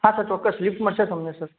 હા સર ચોકકસ લિફ્ટ મળશે તમને સર